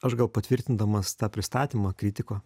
aš gal patvirtindamas tą pristatymą kritiko